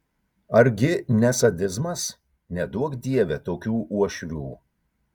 ar gi ne sadizmas neduok dieve tokių uošvių